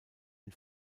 den